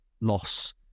loss